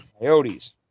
Coyotes